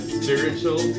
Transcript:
spiritual